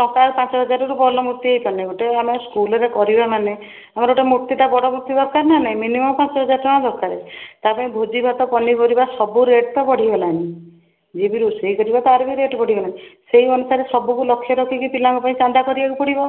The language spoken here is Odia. ଟଙ୍କା ପାଞ୍ଚ ହଜାରରୁ ଭଲ ମୂର୍ତ୍ତି ହେଇପାରୁନି ଗୋଟେ ଆମେ ସ୍କୁଲରେ କରିବା ମାନେ ଆମର ଗୋଟେ ମୂର୍ତ୍ତିଟା ବଡ଼ ମୂର୍ତ୍ତି ଦରକାର ନା ନାହିଁ ମିନିମମ୍ ପାଞ୍ଚ ହଜାର ଟଙ୍କା ଦରକାରେ ତା'ପାଇଁ ଭୋଜି ଭାତ ପନିପରିବା ସବୁ ରେଟ୍ ତ ବଢ଼ିଗଲାଣି ଯିଏ ବି ରୋଷେଇ କରିବ ତା'ର ବି ରେଟ୍ ବଢ଼ିଗଲାଣି ସେଇ ଅନୁସାରେ ସବୁକୁ ଲକ୍ଷ୍ୟ ରଖିକି ପିଲାଙ୍କ ପାଇଁ ଚାନ୍ଦା କରିବାକୁ ପଡ଼ିବ